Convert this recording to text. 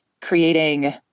creating